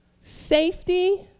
safety